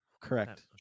correct